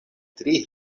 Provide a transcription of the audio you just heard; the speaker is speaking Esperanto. tri